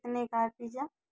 कितने का है पीज्जा